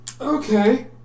okay